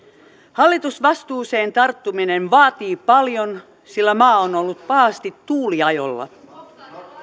hallitusvastuuseen tarttuminen vaatii paljon sillä maa on ollut pahasti tuuliajolla